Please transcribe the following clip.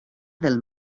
del